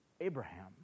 Abraham